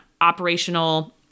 operational